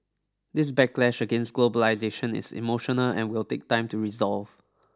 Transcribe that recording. this backlash against globalisation is emotional and will take time to resolve